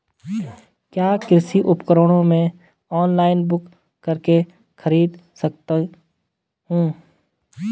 क्या कृषि उपकरणों को मैं ऑनलाइन बुक करके खरीद सकता हूँ?